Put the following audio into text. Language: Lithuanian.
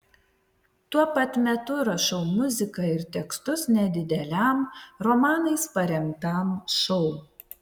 tuo pat metu rašau muziką ir tekstus nedideliam romanais paremtam šou